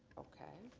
okay.